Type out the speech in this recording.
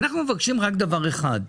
אנחנו מבקשים רק דבר אחד,